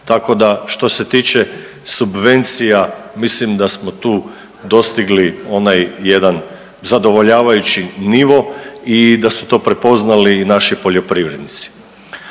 Tako da što se tiče subvencija mislim da smo tu dostigli onaj jedan zadovoljavajući nivo i da su to prepoznali i naši poljoprivrednici.